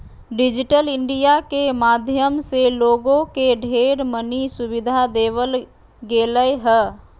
digital India के माध्यम से लोगों के ढेर मनी सुविधा देवल गेलय ह